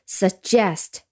suggest